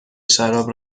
شراب